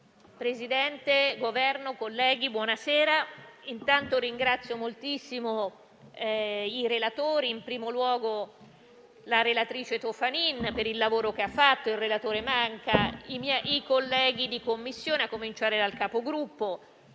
Presidente, desidero innanzitutto ringraziare moltissimo i relatori, in primo luogo la relatrice Toffanin per il lavoro che ha svolto, il relatore Manca, i colleghi della Commissione, a cominciare dal Capogruppo,